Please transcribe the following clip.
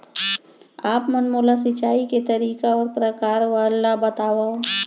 आप मन मोला सिंचाई के तरीका अऊ प्रकार ल बतावव?